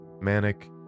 manic